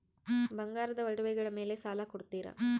ಬಂಗಾರದ ಒಡವೆಗಳ ಮೇಲೆ ಸಾಲ ಕೊಡುತ್ತೇರಾ?